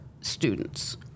students